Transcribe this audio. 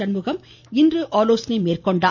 சண்முகம் இன்று ஆலோசனை மேற்கொண்டார்